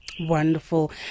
Wonderful